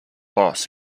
boss